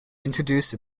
introduced